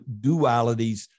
dualities